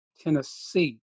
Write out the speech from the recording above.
tennessee